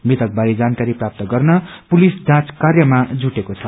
मृतक बारे जानक्ररी प्राप्त गर्न पुलिस जाँच कार्यमा जुटेको छ